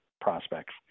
prospects